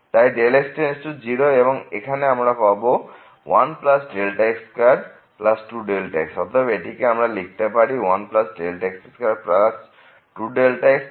তাই x→0 এবং এইখানে আমরা পাব 1x22x অতএব এটিকে লিখতে পারি 1x22x1 2